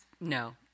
no